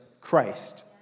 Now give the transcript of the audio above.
Christ